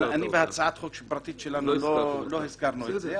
בהצעת חוק הפרטית שלנו לא הזכרתי אותה,